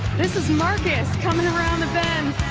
this is marcus coming around the bend.